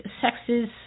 sexes